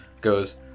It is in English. goes